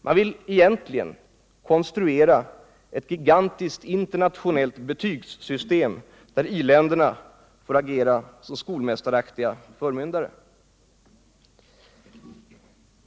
Vad man egentligen vill konstruera är ett gigantiskt internationellt betygssystem där i-länderna agerar som skolmästaraktiga förmyndare.